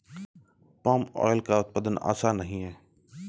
palm oil का उत्पादन आसान नहीं है